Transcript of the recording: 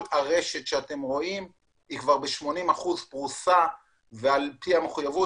כל הרשת שאתם רואים פרושה כבר ב-80% ועל פי המחויבות